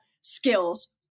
skills